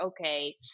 okay